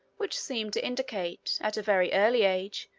which seemed to indicate, at a very early age,